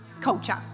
culture